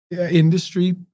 industry